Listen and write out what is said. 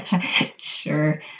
Sure